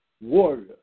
Warrior